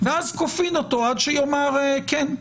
ואז כופין אותו עד שיאמר כן.